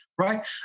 right